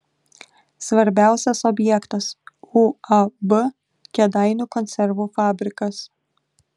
svarbiausias objektas uab kėdainių konservų fabrikas